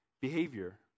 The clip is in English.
behavior